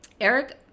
Eric